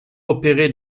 opérer